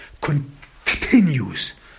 continues